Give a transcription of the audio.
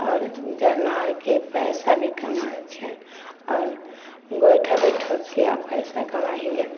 आओर जरना आरके पैसा भी कमाइ छै आओर गोइठा भी ठोकिके आ पैसा कमाइ हीयै